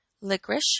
licorice